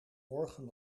morgen